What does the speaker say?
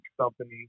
company